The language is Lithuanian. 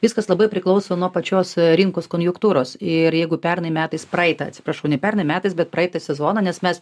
viskas labai priklauso nuo pačios rinkos konjuktūros ir jeigu pernai metais praeitą atsiprašau ne pernai metais bet praeitą sezoną nes mes